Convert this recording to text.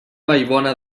vallbona